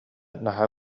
наһаа